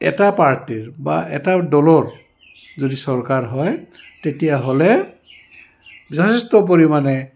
এটা পাৰ্টিৰ বা এটা দলত যদি চৰকাৰ হয় তেতিয়াহ'লে যথেষ্ট পৰিমাণে